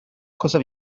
cosa